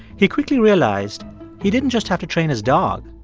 he quickly realized he didn't just have to train his dog.